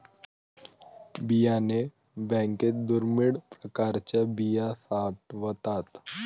बियाणे बँकेत दुर्मिळ प्रकारच्या बिया साठवतात